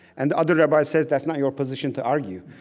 and the other rabbi says, that's not your position to argue.